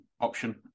option